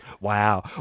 Wow